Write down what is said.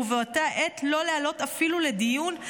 ובאותה העת לא להעלות אפילו לדיון,